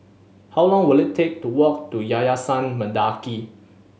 how long will it take to walk to Yayasan Mendaki